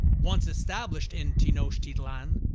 once established in tenochtitlan,